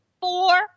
four